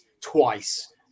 twice